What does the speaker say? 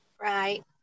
Right